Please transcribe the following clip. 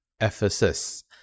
Ephesus